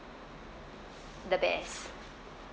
the best